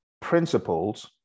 principles